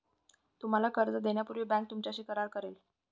तुम्हाला कर्ज देण्यापूर्वी बँक तुमच्याशी करार करेल